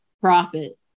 profit